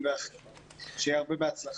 שיהיה הרבה בהצלחה.